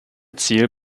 ziel